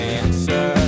answer